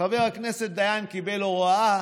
חבר הכנסת דיין קיבל הוראה